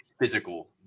physical